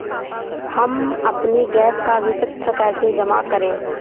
हम अपने गैस का विपत्र कैसे जमा करें?